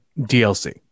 DLC